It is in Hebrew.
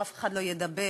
אף אחד לא ידבר,